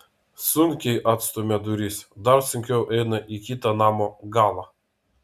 sunkiai atstumia duris dar sunkiau eina į kitą namo galą